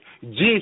Jesus